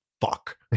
fuck